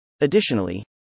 Additionally